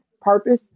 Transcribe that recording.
purpose